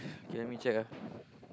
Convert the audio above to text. K let me check ah